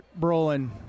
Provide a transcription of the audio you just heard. Brolin